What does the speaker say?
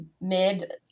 mid